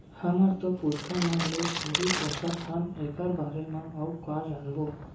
हमर तो पुरखा मन ले छेरी पोसत हन एकर बारे म अउ का जानबो?